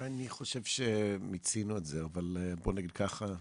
אני חושב שמיצינו את זה, אבל בוא נגיד ככה,